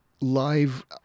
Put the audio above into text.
live